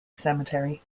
cemetery